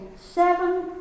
seven